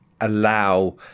allow